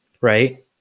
right